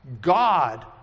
God